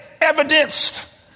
evidenced